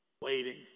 waiting